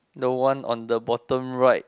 the one on the bottom right